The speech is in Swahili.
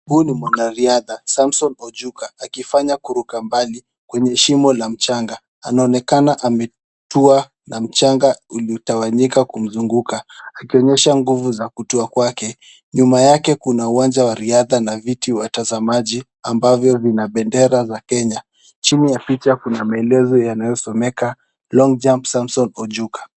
Huyu ni mwanariadha Samson Ojuka, akifanya kuruka mbali kwenye shimo la mchanga. Anaonekana ametua na mchanga ulitawanyika kumzunguka. Akionyesha nguvu za kutua kwake. Nyuma yake kuna uwanja wa riadha na viti watazamaji ambavyo vina bendera ya Kenya. Chini ya picha kuna maelezo yanayosomeka, long jump Samson Ojuka.